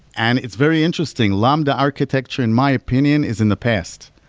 and it's very interesting, lambda architecture in my opinion is in the past.